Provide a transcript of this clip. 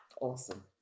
awesome